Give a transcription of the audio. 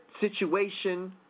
situation